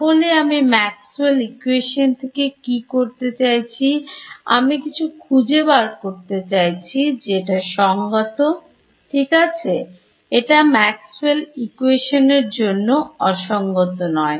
তাহলে আমি Maxwells equation থেকে কি করতে চাইছি আমি কিছু খুঁজে বার করতে চাইছি যেটা সংগত ঠিক আছে এটা Maxwells ইকোয়েশন এর জন্য অসঙ্গত নয়